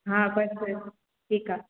हा बसि ठीकु आहे